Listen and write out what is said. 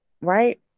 right